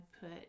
put